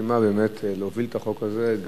מתאימה ביותר להוביל את החוק הזה,